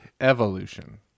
Evolution